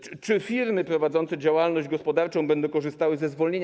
Czy firmy prowadzące działalność gospodarczą będą korzystały ze zwolnienia?